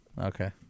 Okay